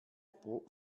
pro